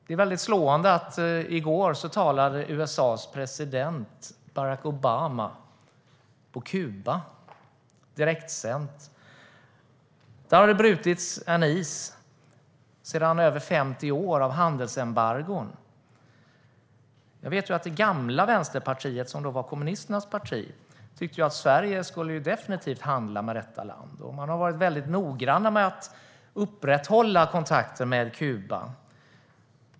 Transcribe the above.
Det är slående att i går talade USA:s president Barack Obama på Kuba - direktsänt. Där har isen brutits sedan det i över 50 år har funnits handelsembargon. Jag vet att det gamla Vänsterpartiet, som då var kommunisternas parti, tyckte att Sverige definitivt skulle handla med detta land. Partiet har varit noggrant med att upprätthålla kontakter med Kuba.